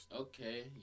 Okay